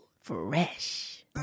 Fresh